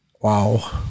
Wow